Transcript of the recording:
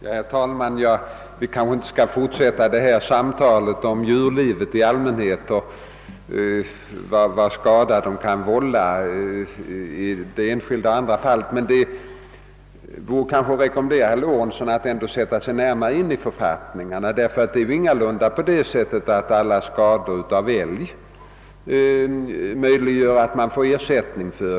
Herr talman! Vi kanske inte skall fortsätta detta samtal om djurlivet i våra marker och vilken skada det vilda kan vålla i det enskilda fallet. Men jag får kanske rekommendera herr Lorentzon att sätta sig in i gällande författningar. Det är nämligen inte så att alla skador som förorsakas av älg ersättes.